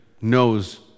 knows